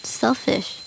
selfish